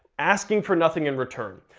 asking for nothing in return.